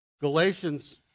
Galatians